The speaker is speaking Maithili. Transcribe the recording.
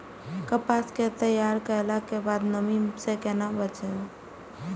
कपास के तैयार कैला कै बाद नमी से केना बचाबी?